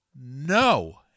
no